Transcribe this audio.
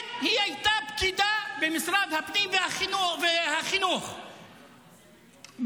כן, היא הייתה פקידה במשרד הפנים והחינוך בעזה,